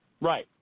Right